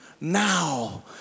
now